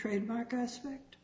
suspect